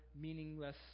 meaningless